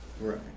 Right